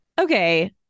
Okay